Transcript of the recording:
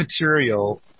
material